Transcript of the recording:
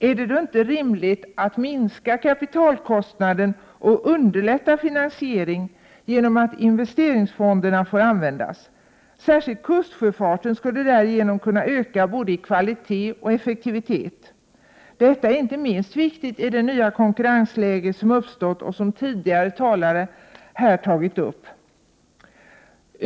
Är det då inte rimligt att minska kapitalkostnaden och underlätta finansiering genom att investeringsfonderna får användas? Särskilt kustsjöfarten skulle därigenom kunna öka både i kvalitet och effektivitet. Detta är inte minst viktigt i det nya konkurrensläge som uppstått och som tidigare talare tagit upp.